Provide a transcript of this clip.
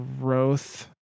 growth